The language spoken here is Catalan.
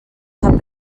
sap